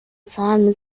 sam